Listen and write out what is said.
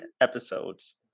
episodes